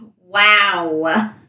Wow